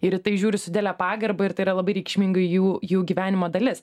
ir į tai žiūri su didele pagarba ir tai yra labai reikšmingai jų jų gyvenimo dalis